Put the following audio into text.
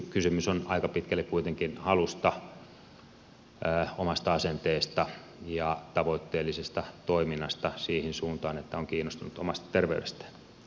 kysymys on aika pitkälle kuitenkin halusta omasta asenteesta ja tavoitteellisesta toiminnasta siihen suuntaan että on kiinnostunut omasta terveydestään